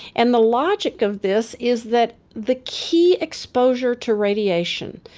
and the logic of this is that the key exposure to radiation,